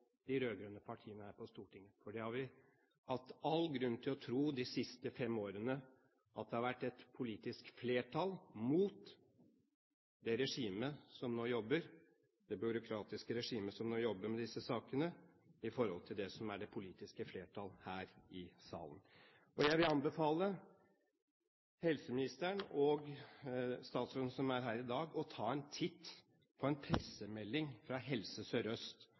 de rød-grønne partiene her på Stortinget? Det har vi hatt all grunn til å tro de fem siste årene, at det har vært et politisk flertall mot det regimet – det byråkratiske regimet – som nå jobber med disse sakene i forhold til det som er det politiske flertall her i salen. Jeg vil anbefale helseministeren og statsråden som er her i dag, å ta en titt på pressemeldingen fra Helse